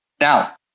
now